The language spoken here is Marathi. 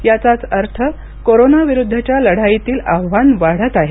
याचाच अर्थ कोरोनाक्रिुद्धच्या लढाईतील आव्हान वाढत आहे